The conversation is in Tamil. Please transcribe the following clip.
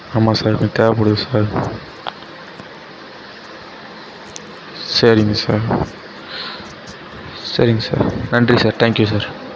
ஆமாம் சார் கொஞ்சம் தேவைப்படுது சார் சரிங்க சார் சரிங்க சார் நன்றி சார் தேங்க்யூ சார்